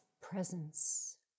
presence